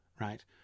right